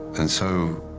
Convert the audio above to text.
and so,